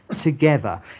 together